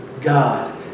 God